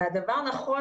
ואנחנו יודעים